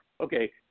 okay